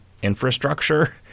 Infrastructure